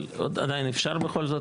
אבל עדיין אפשר בכל זאת?